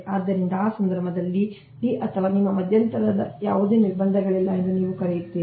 ಆದ್ದರಿಂದ ಆ ಸಂದರ್ಭದಲ್ಲಿ d ಅಥವಾ ನಿಮ್ಮ ಮಧ್ಯಂತರವು ಮಧ್ಯಂತರದ ಯಾವುದೇ ನಿರ್ಬಂಧಗಳಿಲ್ಲ ಎಂದು ನೀವು ಕರೆಯುತ್ತೀರಿ